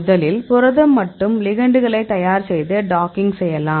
முதலில் புரதம் மட்டும் லிகெண்டுகளை தயார் செய்து டாக்கிங் செய்யலாம்